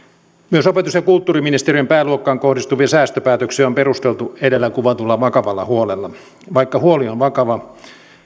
myös opetus ja kulttuuriministeriön pääluokkaan kohdistuvia säästöpäätöksiä on perusteltu edellä kuvatulla vakavalla huolella vaikka huoli on vakava